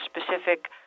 specific